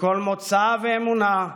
מכל מוצא ואמונה,